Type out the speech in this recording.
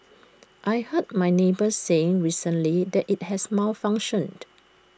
I heard my neighbour saying recently that IT has malfunctioned